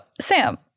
Sam